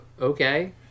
okay